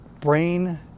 brain